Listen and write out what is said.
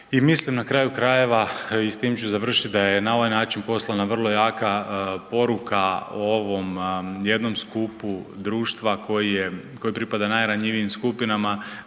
i mislim na kraju krajeva i s tim ću završit, da je na ovaj način poslana vrlo jaka poruka o ovom jednom skupu društva koji je, koje pripada najranjivijim skupinama